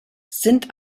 sind